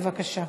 בבקשה.